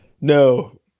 No